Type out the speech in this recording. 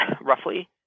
roughly